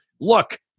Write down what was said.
look